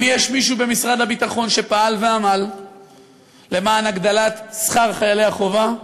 אם יש מישהו במשרד הביטחון שפעל ועמל להגדלת שכר חיילי החובה,